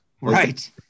Right